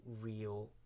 real